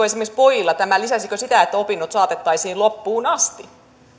esimerkiksi pojilla sitä että opinnot saatettaisiin loppuun asti